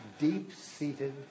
deep-seated